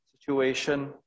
situation